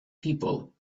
people